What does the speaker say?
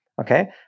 Okay